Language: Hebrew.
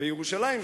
וירושלים,